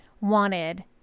wanted